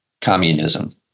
communism